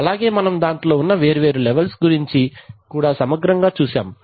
అలాగే మనం దాంట్లో ఉన్న వేర్వేరు లెవల్స్ గురించి కూడా సమగ్రంగా చూశాం